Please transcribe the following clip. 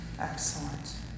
excellent